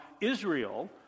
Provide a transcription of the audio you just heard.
israel